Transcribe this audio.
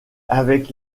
avec